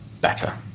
better